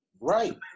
right